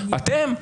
אתם?